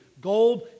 Gold